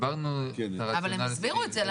הם הסבירו את זה.